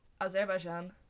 azerbaijan